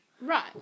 Right